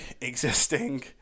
existing